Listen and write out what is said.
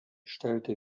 stellte